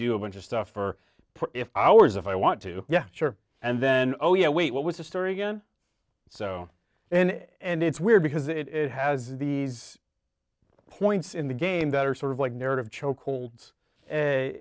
do a bunch of stuff for hours if i want to yeah sure and then oh yeah wait what was the story again so and it's weird because it has these points in the game that are sort of like narrative chokeholds